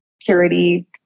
Purity